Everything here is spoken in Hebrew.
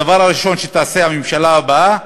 הדבר הראשון שתעשה הממשלה הבאה,